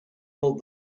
hold